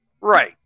Right